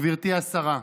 גברתי השרה,